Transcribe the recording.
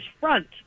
front